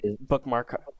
bookmark